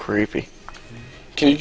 creepy can you